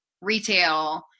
retail